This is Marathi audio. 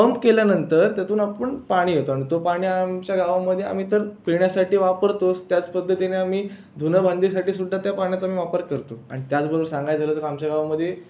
पंप केल्यानंतर त्यातून आपण पाणी येतं आणि तो पाणी आमच्या गावामध्ये आम्ही तर पिण्यासाठी वापरतोच त्याच पद्धतीने आम्ही धुणंभांडीसाठीसुध्दा त्या पाण्याचा आम्ही वापर करतो आणि त्याचबरोबर सांगायचं झालं तर आमच्या गावामध्ये